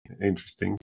interesting